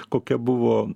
kokia buvo